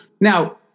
now